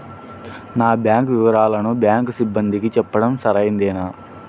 నా బ్యాంకు వివరాలను బ్యాంకు సిబ్బందికి చెప్పడం సరైందేనా?